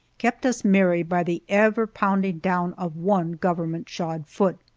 kept us merry by the ever-pounding down of one government-shod foot.